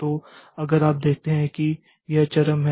तो अगर आप देखते हैं कि यह चरम है